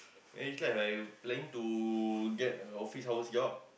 marriage life I planning to get an office house job